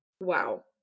Wow